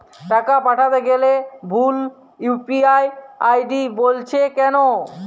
টাকা পাঠাতে গেলে ভুল ইউ.পি.আই আই.ডি বলছে কেনো?